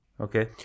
Okay